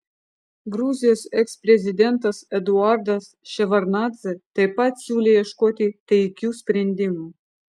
gruzijos eksprezidentas eduardas ševardnadzė taip pat siūlė ieškoti taikių sprendimų